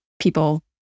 people